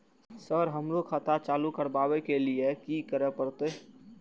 Sir हमरो खाता चालू करबाबे के ली ये की करें परते?